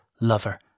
lover